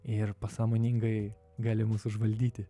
ir pasąmoningai gali mus užvaldyti